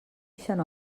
ixen